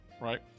Right